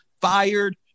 fired